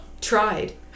tried